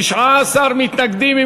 19 מתנגדים.